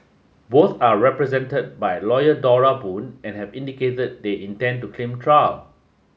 both are represented by lawyer Dora Boon and have indicated that they intend to claim trial